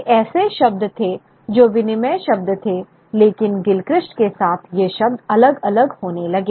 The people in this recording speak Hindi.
ये ऐसे शब्द थे जो विनिमेय शब्द थे लेकिन गिलक्रिस्ट के साथ ये शब्द अलग अलग होने लगे